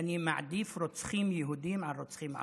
והוא מעדיף רוצחים יהודים על רוצחים ערבים.